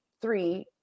three